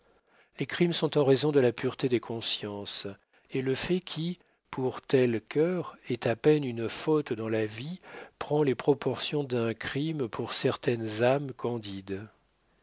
les crimes sont en raison de la pureté des consciences et le fait qui pour tel cœur est à peine une faute dans la vie prend les proportions d'un crime pour certaines âmes candides